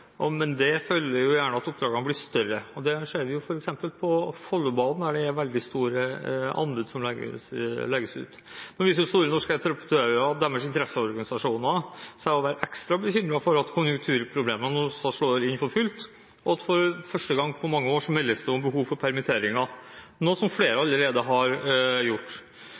og med det følger jo gjerne at oppdragene blir større, noe vi ser f.eks. på Follobanen, der vi har veldig store anbud som legges ut. Men nå viser jo store norske entreprenører og deres interesseorganisasjoner seg å være ekstra bekymret for at konjunkturproblemene slår inn for fullt, og for første gang på mange år meldes det om behov for permitteringer, som flere allerede har gjort.